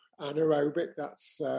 anaerobic—that's